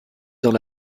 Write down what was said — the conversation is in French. dans